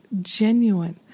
genuine